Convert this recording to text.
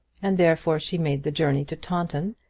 and therefore she made the journey to taunton,